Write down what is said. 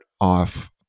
off